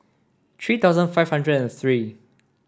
three thousand five hundred and three